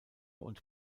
und